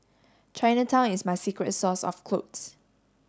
Chinatown is my secret source of clothes